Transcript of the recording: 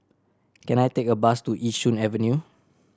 can I take a bus to Yishun Avenue